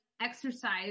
exercise